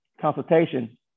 consultation